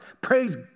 praise